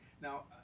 Now